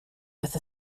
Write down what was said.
with